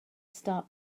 start